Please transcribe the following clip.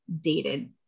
dated